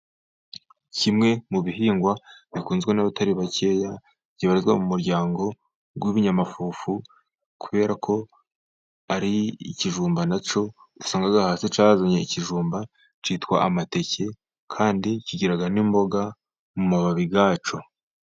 Kimwe mu bihingwa bikunzwe n'abatari bake, kibarizwa mu muryango w'ibinyamafufu kubera ko ari ikijumba nacyo usanga hasi cyarazanye ikijumba cyitwa amateke, kandi kigira n'imboga mu mababi gacyo...